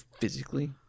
physically